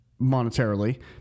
monetarily